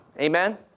Amen